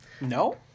No